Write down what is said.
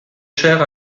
cher